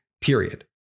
period